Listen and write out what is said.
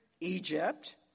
Egypt